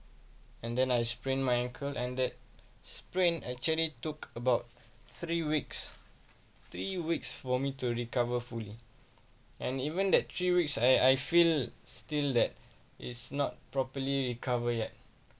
and then I sprained my ankle and that sprain actually took about three weeks three weeks for me to recover fully and even that three weeks I I feel still that is not properly recover yet